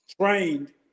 trained